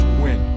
win